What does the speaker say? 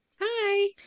Hi